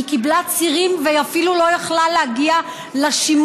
היא קיבלה צירים והיא אפילו לא יכלה להגיע לשימוע